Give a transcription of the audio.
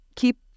keep